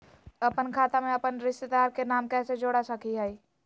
अपन खाता में अपन रिश्तेदार के नाम कैसे जोड़ा सकिए हई?